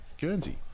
Guernsey